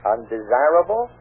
Undesirable